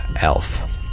Elf